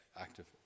active